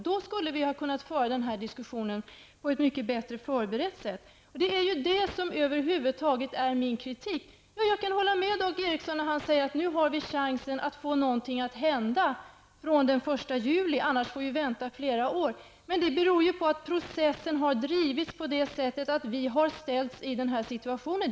Då skulle vi ha kunnat föra den här diskussionen mycket bättre förberedda. Det är ju detta som över huvud taget är min kritik. Jag kan hålla med Dag Ericson, när han säger att vi nu har chansen att få någonting att hända från den 1 juli, annars får vi vänta flera år. Men det beror ju på att processen har drivits på sådant sätt att vi har ställts i den här situationen.